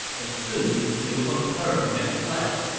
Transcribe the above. and soon, liu feng turned and fled.